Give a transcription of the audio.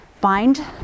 bind